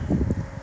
ହଁ